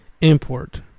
Import